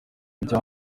ibyo